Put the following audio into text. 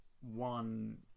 one